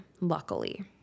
luckily